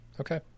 Okay